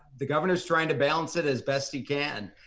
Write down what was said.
the governor's trying to balance it as best he can.